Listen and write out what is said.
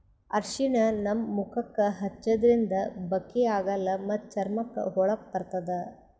ಅರ್ಷಿಣ ನಮ್ ಮುಖಕ್ಕಾ ಹಚ್ಚದ್ರಿನ್ದ ಬಕ್ಕಿ ಆಗಲ್ಲ ಮತ್ತ್ ಚರ್ಮಕ್ಕ್ ಹೊಳಪ ಬರ್ತದ್